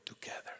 together